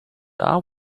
are